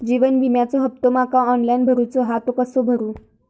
जीवन विम्याचो हफ्तो माका ऑनलाइन भरूचो हा तो कसो भरू?